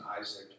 Isaac